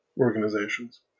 organizations